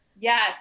Yes